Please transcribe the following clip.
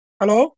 Hello